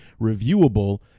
reviewable